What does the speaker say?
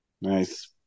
Nice